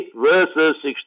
verses